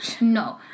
No